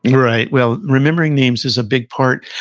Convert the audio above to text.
yeah right. well, remembering names is a big part.